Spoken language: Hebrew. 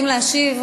אלקטרונית?